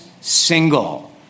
single